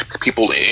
people